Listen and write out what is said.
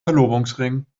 verlobungsring